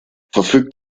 verfügt